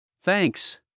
Thanks